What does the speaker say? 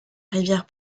rivière